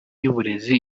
y’uburezi